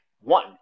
one